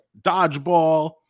Dodgeball